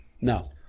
No